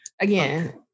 Again